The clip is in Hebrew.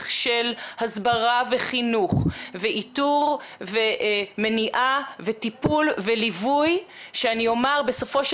של הסברה וחינוך ואיתור ומניעה וטיפול וליווי שבסופו של